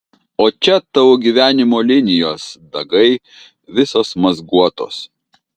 o čia tavo gyvenimo linijos dagai visos mazguotos